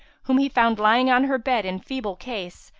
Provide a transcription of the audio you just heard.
whom he found lying on her bed in feeble case,